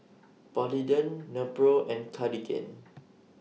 Polident Nepro and Cartigain